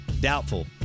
Doubtful